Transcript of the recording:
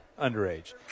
underage